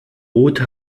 rote